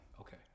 Okay